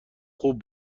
خوب